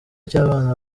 cy’abana